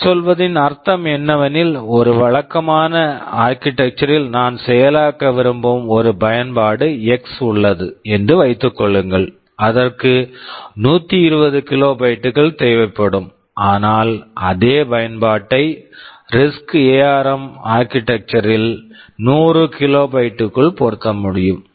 நான் சொல்வதின் அர்த்தம் என்னவெனில் ஒரு வழக்கமான ஆர்க்கிடெக்சர் architecture ல் நான் செயலாக்க விரும்பும் ஒரு பயன்பாடு எக்ஸ் x உள்ளது என்று வைத்துக் கொள்ளுங்கள் அதற்கு 120 கிலோபைட்டு kilobytes கள் தேவைப்படும் ஆனால் அதே பயன்பாட்டை risk RISC ARM ARM architecture architecture ல் 100 கிலோபைட்டு kilobyte க்குள் பொருத்த முடியும்